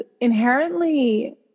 inherently